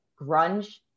grunge